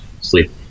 sleep